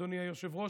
אדוני היושב-ראש,